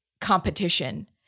competition